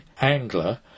angler